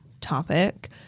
topic